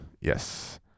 Yes